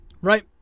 right